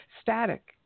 static